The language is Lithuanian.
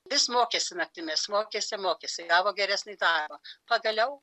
vis mokėsi naktimis mokėsi mokėsi gavo geresnį darbą pagaliau